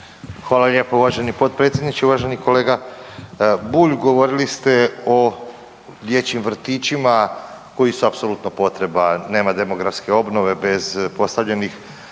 Hvala lijepo uvaženi potpredsjedniče. Uvaženi kolega Bulj govorili ste o dječjim vrtićima koji su apsolutno potreba. Nema demografske obnove bez postavljenih